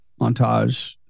montage